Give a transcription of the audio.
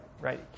right